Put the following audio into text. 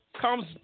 comes